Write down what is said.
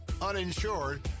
uninsured